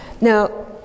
Now